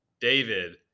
David